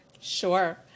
Sure